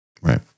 Right